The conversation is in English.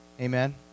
Amen